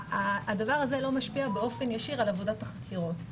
הדבר הזה לא משפיע באופן ישיר על עבודת החקירות.